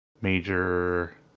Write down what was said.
major